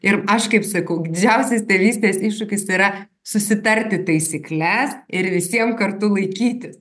ir aš kaip sakau didžiausias tėvystės iššūkis tai yra susitarti taisykles ir visiem kartu laikytis